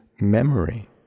memory